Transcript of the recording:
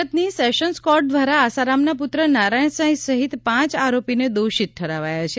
સુરતની sessions court દ્વારા આસારામના પુત્ર નારાયણ સાંઈ સહિત પાંચ આરોપીને દોષિત ઠરાવાયા છે